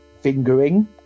fingering